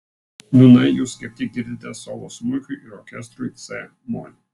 nūnai jūs kaip tik girdite solo smuikui ir orkestrui c mol